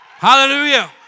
Hallelujah